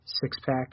six-pack